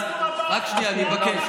רק שנייה, אני מבקש.